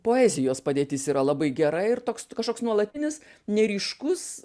poezijos padėtis yra labai gera ir toks kažkoks nuolatinis neryškus